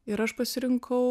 ir aš pasirinkau